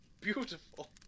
Beautiful